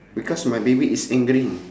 because my baby is angering